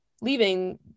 leaving